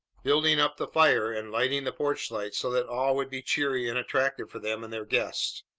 building up the fire and lighting the porch light so that all would be cheery and attractive for them and their guest.